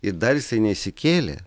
ir dar neišsikėlė